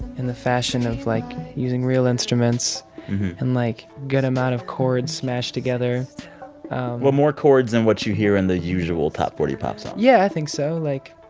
in the fashion of, like, using real instruments and, like, a good amount of chords smashed together well, more chords than what you hear in the usual top forty pop songs yeah, i think so. like,